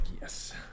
yes